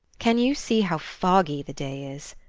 can you see how foggy the day is?